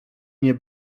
nie